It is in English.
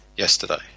yesterday